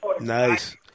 Nice